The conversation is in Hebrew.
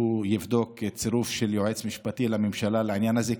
יבדוק צירוף של יועץ משפטי לממשלה לעניין הזה,